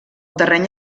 terreny